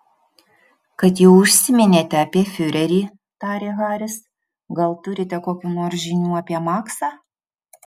kad jau užsiminėte apie fiurerį tarė haris gal turite kokių nors žinių apie maksą